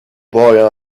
boy